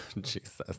Jesus